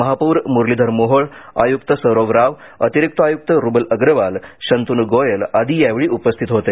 महापौर मुरलीधर मोहोळ आयुक्त सौरव राव अतिरिक्त आयुक्त रुबल अग्रवाल शंतनू गोयल आदी यावेळी उपस्थित होते